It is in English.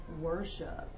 worship